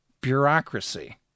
bureaucracy